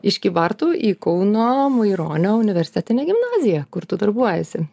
iš kybartų į kauno maironio universitetinę gimnaziją kur tu darbuojasi